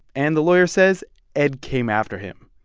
and the lawyer says ed came after him.